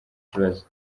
ibibazo